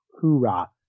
hoorah